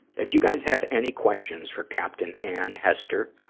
if you guys have any questions for captain ann hester,